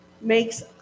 makes